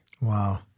Wow